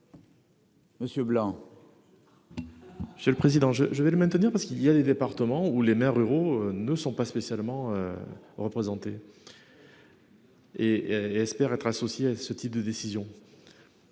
Monsieur Blanc. Monsieur le président je je vais le maintenir, parce qu'il y a des départements où les maires ruraux ne sont pas spécialement. Représentés. Et. Espèrent être associés à ce type de décision.